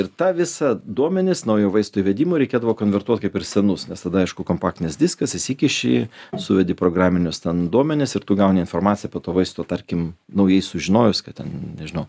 ir ta visa duomenis naujų vaistų įvedimo reikėdavo konvertuot kaip ir senus nes tada aišku kompaktinis diskas įsikiši suvedi programinius ten duomenis ir tu gauni informaciją apie to vaisto tarkim naujai sužinojus kad ten nežinau